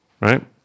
right